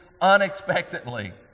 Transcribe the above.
unexpectedly